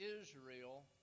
Israel